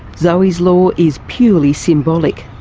zoe's law is purely symbolic.